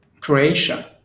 Croatia